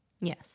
Yes